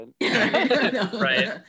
right